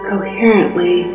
Coherently